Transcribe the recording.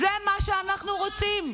זה מה שאנחנו רוצים.